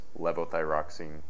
levothyroxine